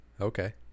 Okay